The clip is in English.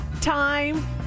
time